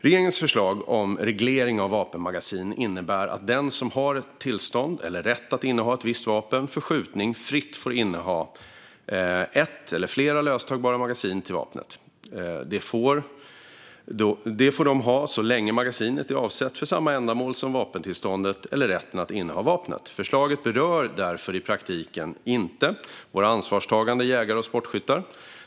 Regeringens förslag om reglering av vapenmagasin innebär att den som har tillstånd eller rätt att inneha ett visst vapen för skjutning fritt får inneha ett eller flera löstagbara magasin till vapnet. Det får de ha så länge magasinen är avsedda för samma ändamål som vapentillståndet eller rätten att inneha vapnet. Förslaget berör därför i praktiken inte våra ansvarstagande jägare och sportskyttar.